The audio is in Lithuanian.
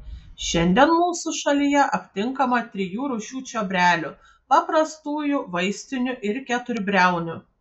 šiandien mūsų šalyje aptinkama trijų rūšių čiobrelių paprastųjų vaistinių ir keturbriaunių